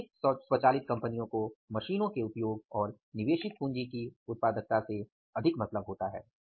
अत्यधिक स्वचालित कंपनियों को मशीनों के उपयोग और निवेशित पूंजी की उत्पादकता से ज्यादा मतलब होता है